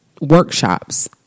workshops